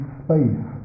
space